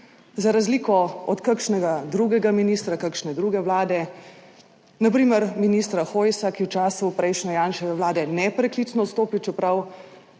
Za razliko od kakšnega drugega ministra kakšne druge vlade, na primer ministra Hojsa, ki v času prejšnje Janševe vlade nepreklicno odstopil, čeprav